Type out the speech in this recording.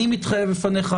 אני מתחייב בפניך,